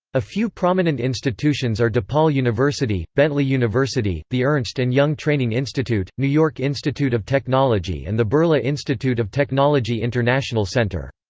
a few prominent institutions are depaul university, bentley university, the ernst and young training institute, new york institute of technology and the birla institute of technology international centre.